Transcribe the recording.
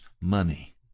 money